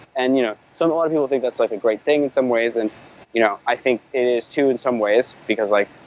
and you know lot of people think that's like a great thing in some ways and you know i think it is too in some ways, because like